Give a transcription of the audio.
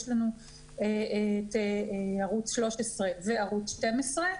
יש לנו את ערוץ 13 וערוץ 12,